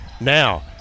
Now